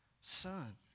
Son